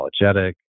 apologetic